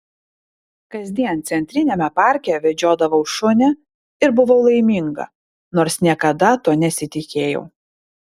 kasdien centriniame parke vedžiodavau šunį ir buvau laiminga nors niekada to nesitikėjau